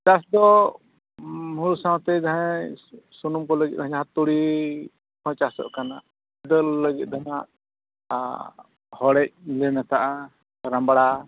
ᱪᱟᱥ ᱫᱚ ᱦᱩᱲᱩ ᱥᱟᱶᱛᱮ ᱡᱟᱦᱟᱸᱭ ᱥᱩᱱᱩᱢ ᱠᱚᱞᱮ ᱡᱟᱦᱟᱸ ᱛᱩᱲᱤ ᱦᱚᱸ ᱪᱟᱥᱚᱜ ᱠᱟᱱᱟ ᱫᱟᱹᱞ ᱞᱟᱹᱜᱤᱫ ᱫᱚ ᱱᱟᱜ ᱦᱚᱲᱮᱡ ᱞᱮ ᱢᱮᱛᱟᱜᱼᱟ ᱨᱟᱢᱵᱽᱲᱟ